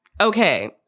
okay